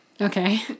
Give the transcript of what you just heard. Okay